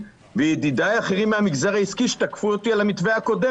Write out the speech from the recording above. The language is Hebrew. ידידיי האחרים מהמגזר העסקי שתקפו אותי על המתווה הקודם,